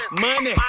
money